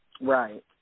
Right